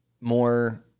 more